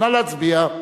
נא להצביע.